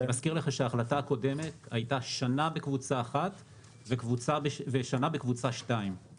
אני מזכיר לך שההחלטה הקודמת הייתה שנה בקבוצה אחת ושנה בקבוצה שתיים,